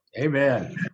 Amen